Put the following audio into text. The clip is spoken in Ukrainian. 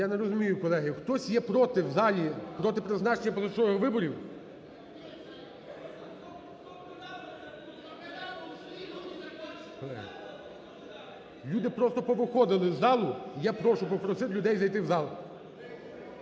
Я не розумію, колеги. Хтось є проти в залі, проти призначення позачергових виборів? Люди просто повиходили з залу. І я прошу попросити людей зайти в зал.